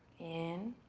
in,